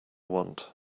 want